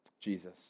Jesus